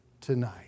tonight